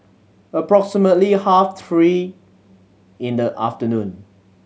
approximately half three in the afternoon